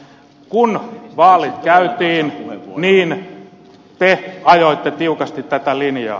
kun vaalit käytiin niin te ajoitte tiukasti tätä linjaa